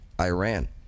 Iran